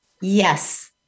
Yes